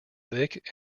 thick